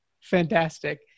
Fantastic